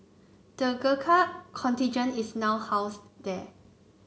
the Gurkha contingent is now housed there